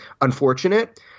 unfortunate